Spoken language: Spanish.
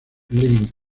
living